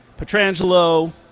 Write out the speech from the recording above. Petrangelo